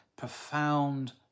profound